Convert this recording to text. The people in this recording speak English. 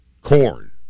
Corn